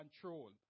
control